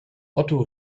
otto